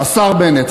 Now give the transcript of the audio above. השר בנט,